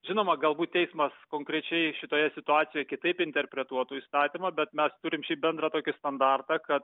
žinoma galbūt teismas konkrečiai šitoje situacijoje kitaip interpretuotų įstatymą bet mes turime šį bendrą tokį standartą kad